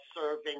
serving